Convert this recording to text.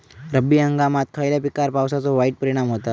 रब्बी हंगामात खयल्या पिकार पावसाचो वाईट परिणाम होता?